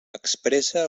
expressa